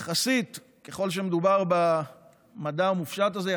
מדויקת יחסית, ככל שמדובר במדע המופשט הזה.